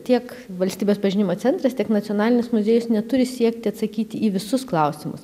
tiek valstybės pažinimo centras tiek nacionalinis muziejus neturi siekti atsakyti į visus klausimus